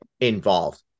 involved